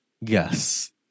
Yes